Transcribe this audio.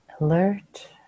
Alert